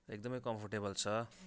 र एकदमै कम्फोर्टेबल छ